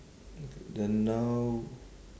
then now